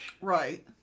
right